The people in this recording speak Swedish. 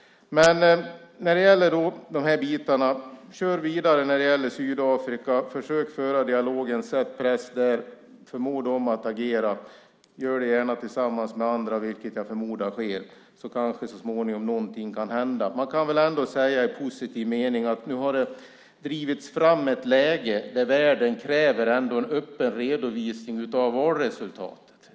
Men kör vidare när det gäller Sydafrika, försök att föra dialogen, sätt press där, förmå dem att agera! Gör det gärna tillsammans med andra, vilket jag förmodar sker, så kanske någonting så småningom kan hända. Man kan väl ändå säga i positiv mening att det nu har drivits fram ett läge där världen kräver en öppen redovisning av valresultatet.